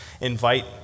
invite